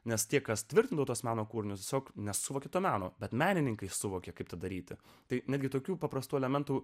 nes tie kas tvirtintų tos meno kūriniu tiesiog nesuvokė to meno bet menininkai suvokė kaip tą daryti tai netgi tokių paprastų elementų